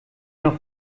noch